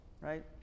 right